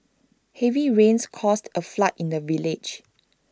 heavy rains caused A flood in the village